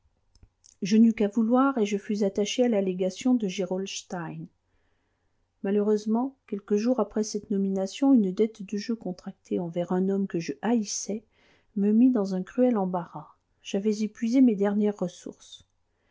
n'eus qu'à vouloir et je fus attaché à la légation de gerolstein malheureusement quelques jours après cette nomination une dette de jeu contractée envers un homme que je haïssais me mit dans un cruel embarras j'avais épuisé mes dernières ressources